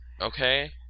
Okay